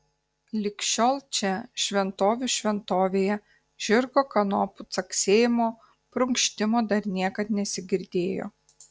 lig šiol čia šventovių šventovėje žirgo kanopų caksėjimo prunkštimo dar niekad nesigirdėjo